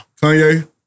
Kanye